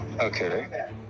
Okay